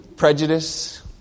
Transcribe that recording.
Prejudice